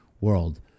world